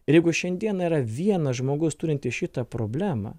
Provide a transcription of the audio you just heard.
ir jeigu šiandieną yra vienas žmogus turintis šitą problemą